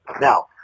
Now